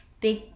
big